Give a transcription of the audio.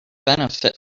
benefit